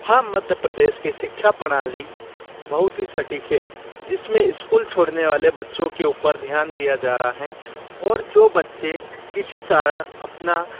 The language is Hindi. हाँ मध्य प्रदेश के शिक्षा प्रणाली बहुत ही सटीक है जिसमें इस्कूल छोड़ने वाले बच्चों के ऊपर ध्यान दिया जा रहा है और जो बच्चे किसी कारण अपना